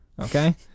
Okay